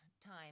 time